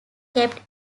kept